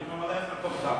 אני ממלא את מקומך.